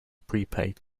prepaid